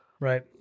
Right